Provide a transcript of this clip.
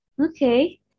Okay